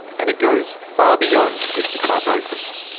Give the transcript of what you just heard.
and it goes far beyond cystic fibrosis.